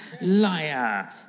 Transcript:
liar